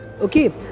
okay